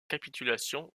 capitulation